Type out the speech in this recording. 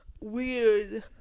weird